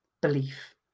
belief